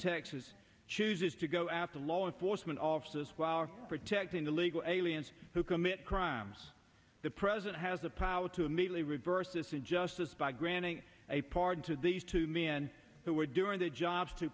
texas chooses to go after law enforcement officers while protecting the legal aliens who commit crimes the president has the power to immediately reverse this injustice by granting a pardon to these two men who are doing their jobs to